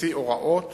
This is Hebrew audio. תוציא הוראות